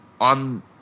on